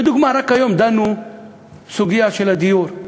לדוגמה, רק היום דנו בסוגיה של הדיור.